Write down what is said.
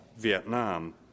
Vietnam